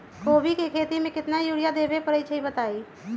कोबी के खेती मे केतना यूरिया देबे परईछी बताई?